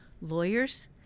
lawyers